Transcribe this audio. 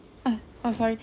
oh oh sorry